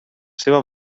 seva